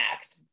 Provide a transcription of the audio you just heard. act